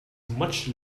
much